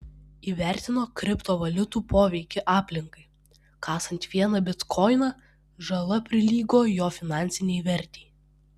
įvertino kriptovaliutų poveikį aplinkai kasant vieną bitkoiną žala prilygo jo finansinei vertei